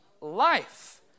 life